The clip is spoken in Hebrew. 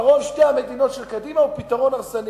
פתרון שתי המדינות של קדימה הוא פתרון הרסני.